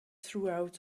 throughout